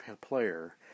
player